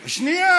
שנייה.